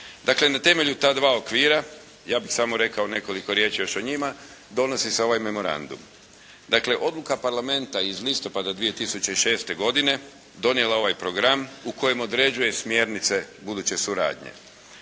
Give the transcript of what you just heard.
Dakle, na temelju ta dva okvira ja bih samo rekao još nekoliko riječi o njima, donosi se ovaj memorandum. Dakle, odluka parlamenta iz listopada 2006. godine donijela je ovaj program u kojem određuje smjernice buduće suradnje.